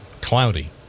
cloudy